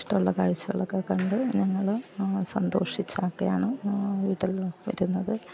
ഇഷ്ടമുള്ള കാഴ്ച്ചകളൊക്കെ കണ്ട് ഞങ്ങൾ സന്തോഷിച്ച് ഒക്കെയാണ് വീട്ടിൽ വരുന്നത്